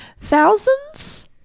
Thousands